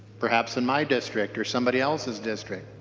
perhaps in my district or somebody else's district.